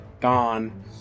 ...Dawn